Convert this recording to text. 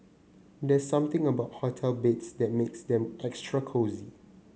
there's something about hotel beds that makes them extra cosy